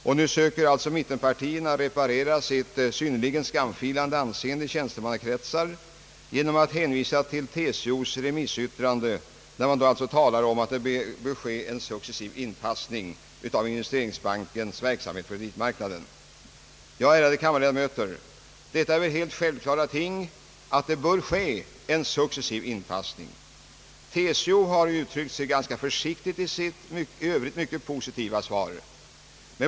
och nu söker alltså mittenpartierna reparera sitt synnerligen skamfilade anseende i tjänstemannakretsar genom att hänvisa till TCO:s remissyttrande där man talar om en successiv inpassning av investeringsbankens verksamhet på kreditmarknaden. Ja, ärade kammarledamöter, en successiv inpassning är väl någonting alldeles självklart. TCO har uttryckt sig ganska försiktigt i sitt i övrigt mycket positiva svar.